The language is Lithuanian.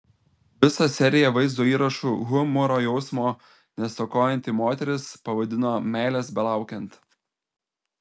visą seriją vaizdo įrašų humoro jausmo nestokojanti moteris pavadino meilės belaukiant